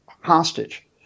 hostage